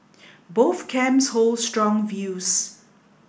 both camps hold strong views